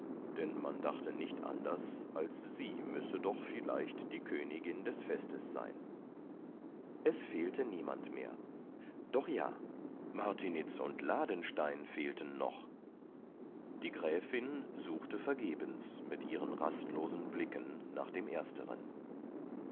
denn man dachte nicht anders als sie müsse doch vielleicht die königin des festes sein es fehlte niemand mehr doch ja martiniz und ladenstein fehlten noch die gräfin suchte vergebens mit ihren rastlosen blicken nach dem ersteren